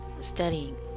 studying